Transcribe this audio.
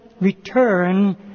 return